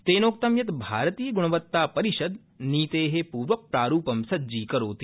तेनोक्तं यत् भारतीयग्णवतापरिषद् नीते पूर्वप्रारूपं सज्जीकरोति